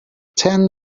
ten